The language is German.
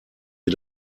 wir